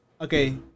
okay